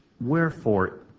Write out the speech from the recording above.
Wherefore